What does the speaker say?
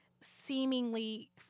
seemingly